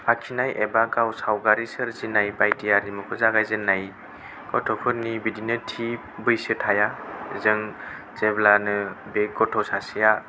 आखिनाय एबा गाव सावगारि सोरजिनाय बायदि आरिमुखौ जागायजेननाय गथ'फोरनि बिदिनो थि बैसो थाया जों जेब्लानो बे गथ' सासेया